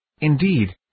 Indeed